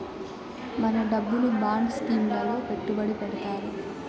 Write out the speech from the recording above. మన డబ్బును bond scheme లలో పెట్టుబడి పెడతారు